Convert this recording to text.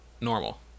normal